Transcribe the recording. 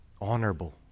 honorable